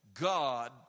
God